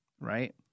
Right